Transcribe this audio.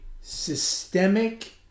systemic